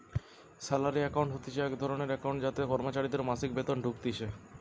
salary account হতিছে এক ধরণের একাউন্ট যাতে কর্মচারীদের মাসিক বেতন ঢুকতিছে